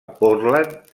portland